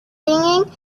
singing